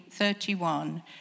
31